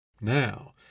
now